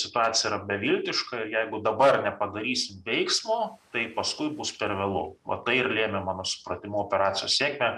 situacija yra beviltiška ir jeigu dabar nepadarysim veiksmo tai paskui bus per vėlu va tai ir lėmė mano supratimu operacijos sėkmę